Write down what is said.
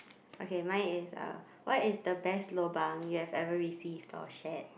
okay mine is uh what is the best lobang you have ever received or shared